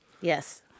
Yes